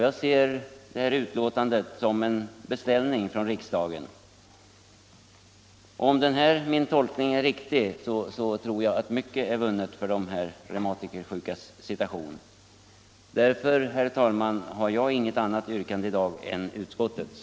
Jag ser detta betänkande som en sådan beställning från riksdagen, och om denna min tolkning är riktig tror jag mycket är vunnet för de reumatikersjukas situation. Därför, herr talman, har jag inget annat yrkande i dag än utskottets.